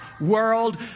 world